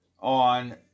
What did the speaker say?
on